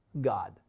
God